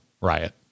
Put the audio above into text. Riot